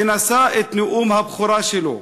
ונשא את נאום הבכורה שלו: